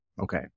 Okay